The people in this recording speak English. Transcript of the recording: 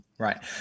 Right